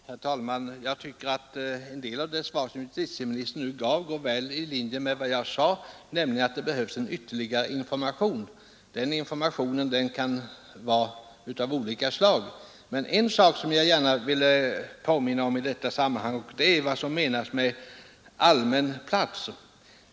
Herr talman! Jag tycker att en del av det svar som justitieministern senast gav ligger väl i linje med det som jag nyss sade, nämligen att det behövs ytterligare information. Den informationen kan vara av olika slag, men en sak som jag gärna vill peka på i detta sammanhang gäller vad som menas med allmän plats.